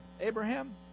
Abraham